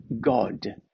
God